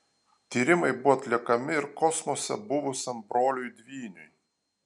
tyrimai buvo atliekami ir kosmose buvusiam broliui dvyniui